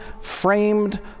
framed